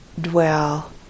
dwell